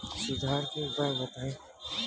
सुधार के उपाय बताई?